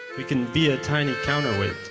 you can be a tiny counterweight.